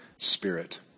spirit